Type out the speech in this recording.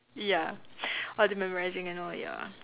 ya all the memorising and all ya